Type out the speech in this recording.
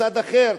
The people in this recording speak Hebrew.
כצד אחר?